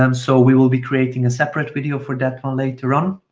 um so we will be creating a separate video for that one later on.